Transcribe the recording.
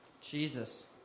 Jesus